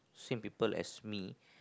same people as me